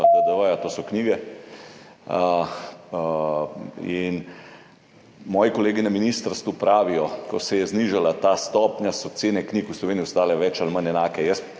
to so knjige. In moji kolegi na ministrstvu pravijo, da ko se je znižala ta stopnja, so cene knjig v Sloveniji ostale več ali manj enake.